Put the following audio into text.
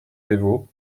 dévot